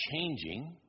changing